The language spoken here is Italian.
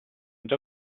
già